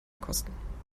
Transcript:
kosten